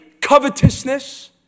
Covetousness